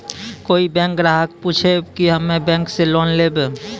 कोई बैंक ग्राहक पुछेब की हम्मे बैंक से लोन लेबऽ?